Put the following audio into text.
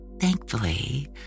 Thankfully